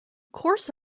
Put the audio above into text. course